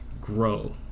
grow